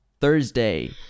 Thursday